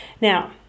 Now